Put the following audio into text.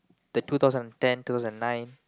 the two thousand and ten two thousand and nine